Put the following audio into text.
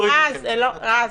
רז,